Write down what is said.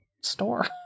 store